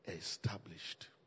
established